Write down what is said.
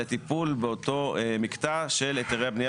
לטיפול באותו מקטע של היתרי הבנייה